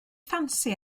ffansi